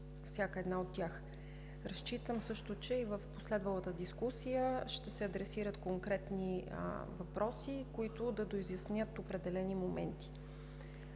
всяка една от тях. Разчитам също, че и в последвалата дискусия ще се адресират конкретни въпроси, които да доизяснят определени моменти.